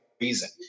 reason